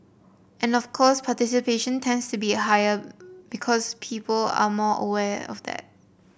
and of course participation tends to be higher because people are more aware of that